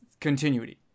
continuity